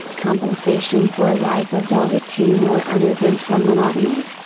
compensation for a life of dull routine or uneventful monotony.